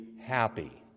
happy